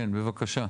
כן, בבקשה.